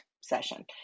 session